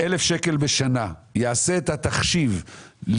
1,300 ₪ בשנה, הוא יעשה את התחשיב של